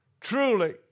truly